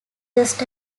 just